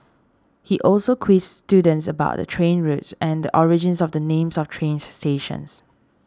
he also quizzed students about the train routes and origins of the names of train stations